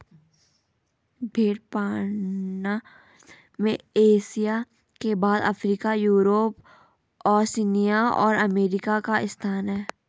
भेंड़ पालन में एशिया के बाद अफ्रीका, यूरोप, ओशिनिया और अमेरिका का स्थान है